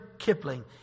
Kipling